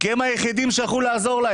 הם היחידים שיכלו לעזור,